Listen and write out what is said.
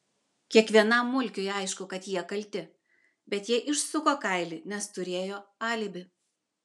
kiekvienam mulkiui aišku kad jie kalti bet jie išsuko kailį nes turėjo alibi